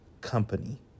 company